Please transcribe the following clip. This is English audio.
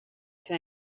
can